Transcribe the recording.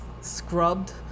scrubbed